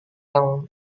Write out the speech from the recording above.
yang